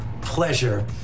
pleasure